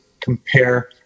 compare